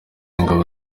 ingabo